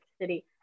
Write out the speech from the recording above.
City